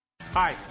Hi